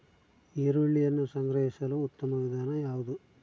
ಈರುಳ್ಳಿಯನ್ನು ಸಂಗ್ರಹಿಸಲು ಉತ್ತಮ ವಿಧಾನ ಯಾವುದು?